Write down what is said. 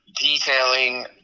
detailing